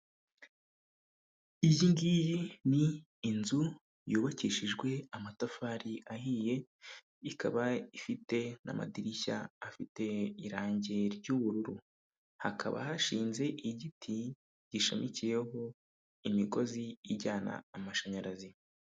Iyi ngiyi ni inzu yubakishijwe amatafari ahiye, ikaba ifite n'amadirishya afite irangi ry'ubururu, hakaba hashinze igiti gishamikiyeho imigozi ijyana amashanyarazi.